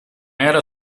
era